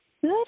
Good